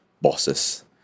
bosses